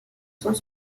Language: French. sont